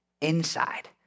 inside